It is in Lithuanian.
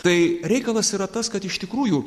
tai reikalas yra tas kad iš tikrųjų